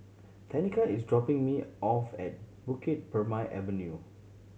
Tenika is dropping me off at Bukit Purmei Avenue